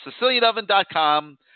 SicilianOven.com